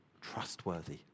trustworthy